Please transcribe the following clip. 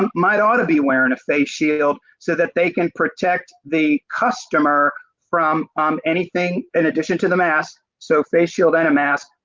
um my daughter would be wearing a face shield so that they can protect the customer from um anything in addition to the mass, so face shield and a mask,